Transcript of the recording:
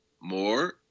more